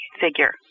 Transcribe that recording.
figure